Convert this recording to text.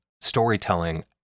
storytelling